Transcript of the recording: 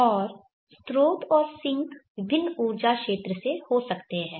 और स्रोत और सिंक विभिन्न ऊर्जा क्षेत्र से हो सकते हैं